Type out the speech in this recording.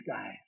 guys